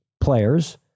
players